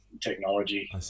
technology